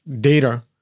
data